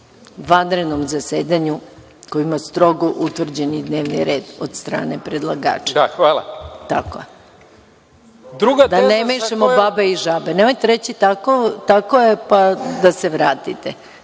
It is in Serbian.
vanrednom zasedanju koji ima strogo utvrđeni dnevni red od strane predlagača. Da ne mešamo babe i žabe. Nemojte reći „tako je“, pa da se vratite.